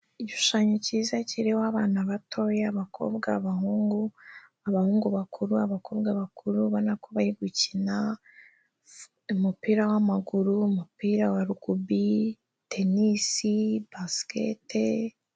Igishushanyo cyiza kiriho abana batoya, abakobwa, abahungu, abahungu bakuru, abakobwa bakuru, ubona ko bari gukina umupira w'amaguru, umupira wa rugubi, tennis basket,...